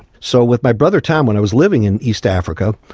so with my brother tom, when i was living in east africa,